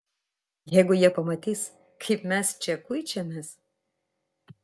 jeigu jie pamatys kaip mes čia kuičiamės